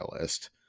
list